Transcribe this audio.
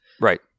Right